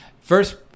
First